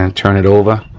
um turn it over.